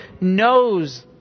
knows